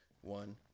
one